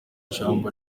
ijambo